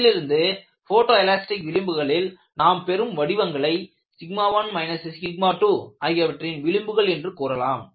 இதிலிருந்து photo elastic விளிம்புகளில் நாம் பெரும் வடிவங்களை 1 2 ஆகியவற்றின் விளிம்புகள் என்று கூறலாம்